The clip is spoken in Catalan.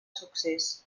succés